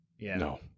No